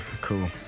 cool